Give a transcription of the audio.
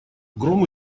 гром